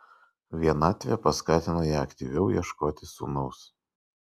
vienatvė paskatino ją aktyviau ieškoti sūnaus